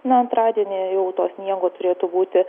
na antradienį jau to sniego turėtų būti